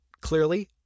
clearly